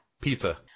Pizza